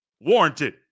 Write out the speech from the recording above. warranted